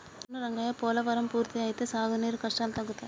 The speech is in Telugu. అవును రంగయ్య పోలవరం పూర్తి అయితే సాగునీరు కష్టాలు తగ్గుతాయి